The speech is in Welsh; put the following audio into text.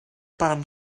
barn